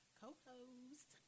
co-host